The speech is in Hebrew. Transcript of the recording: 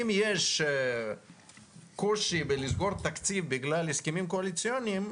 אם יש קושי בלסגור תקציב בגלל הסכמים קואליציוניים,